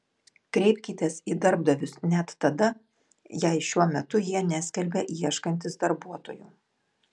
kreipkitės į darbdavius net tada jei šiuo metu jie neskelbia ieškantys darbuotojų